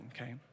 okay